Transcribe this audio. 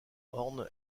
horn